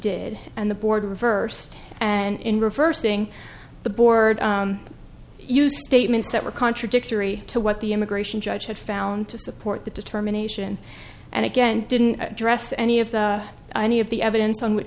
did and the board reversed and in reversing the board you statements that were contradictory to what the immigration judge had found to support the determination and again didn't address any of the any of the evidence on w